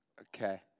Okay